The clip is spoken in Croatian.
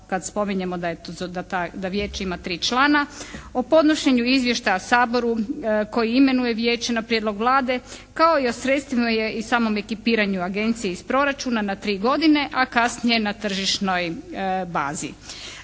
kad spominjemo da ta, da Vijeće ima tri člana. O podnošenju izvještaja Saboru koji imenuje Vijeće na prijedlog Vlade kao i o sredstvima i samom ekipiranju agencije iz proračuna na tri godine, a kasnije na tržišnoj bazi.